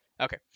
okay